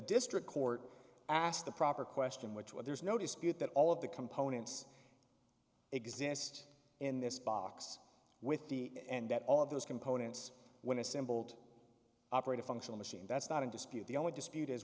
district court asked the proper question which what there's no dispute that all of the components exist in this box with the and that all of those components when assembled operate a functional machine that's not in dispute the only